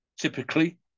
typically